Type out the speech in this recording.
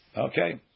Okay